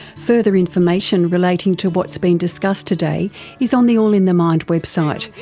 further information relating to what's been discussed today is on the all in the mind website,